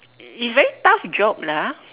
is very tough job lah